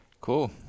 Cool